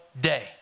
day